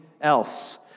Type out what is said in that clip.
else